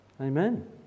Amen